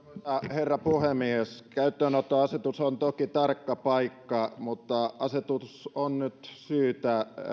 herra puhemies käyttöönottoasetus on toki tarkka paikka mutta asetus on nyt syytä